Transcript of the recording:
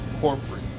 corporate